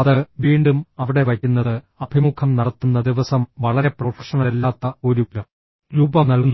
അത് വീണ്ടും അവിടെ വയ്ക്കുന്നത് അഭിമുഖം നടത്തുന്ന ദിവസം വളരെ പ്രൊഫഷണലല്ലാത്ത ഒരു രൂപം നൽകുന്നു